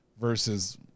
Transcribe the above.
Versus